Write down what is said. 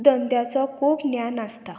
धंद्याचो खूब ज्ञान आसता